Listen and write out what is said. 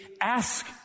Ask